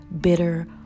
bitter